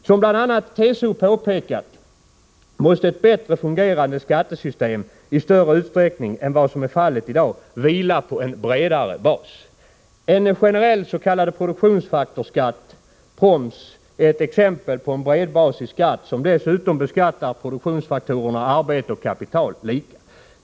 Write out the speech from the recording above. Som bl.a. TCO påpekat, måste ett bättre fungerande skattesystem i större utsträckning än vad som är fallet i dag vila på en bredare bas. En generell s.k. produktionsfaktorsskatt, proms, är ett exempel på en bredbasig skatt, som dessutom beskattar produktionsfaktorerna arbete och kapital lika.